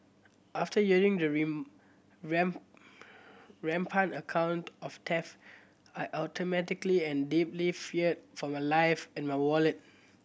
after hearing the rampant account of theft I automatically and deeply feared for my life and my wallet